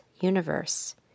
universe